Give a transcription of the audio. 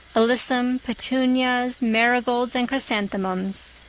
alyssum, petunias, marigolds and chrysanthemums.